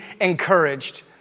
encouraged